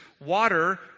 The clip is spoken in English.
water